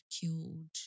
killed